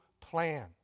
plan